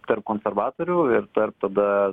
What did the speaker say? tarp konservatorių ir tarp tada